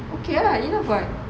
okay lah enough [what]